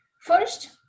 First